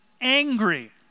angry